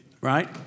right